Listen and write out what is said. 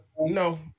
no